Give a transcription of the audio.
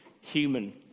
human